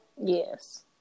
yes